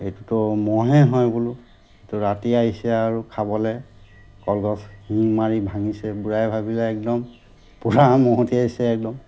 এইটোতো ম'হেই হয় বোলো এইটো ৰাতি আহিছে আৰু খাবলৈ কলগছ শিং মাৰি ভাঙিছে বুঢ়াই ভাবিলে একদম পুৰা মহতিয়াই আহিছে একদম